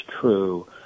true